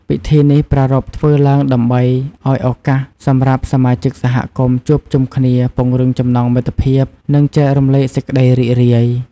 ពិធីនេះប្រារព្ធឡើងដើម្បីឲ្យឱកាសសម្រាប់សមាជិកសហគមន៍ជួបជុំគ្នា ពង្រឹងចំណងមិត្តភាព និងចែករំលែកសេចក្តីរីករាយ។